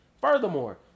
furthermore